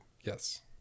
Yes